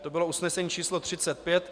To bylo usnesení číslo 35.